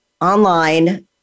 online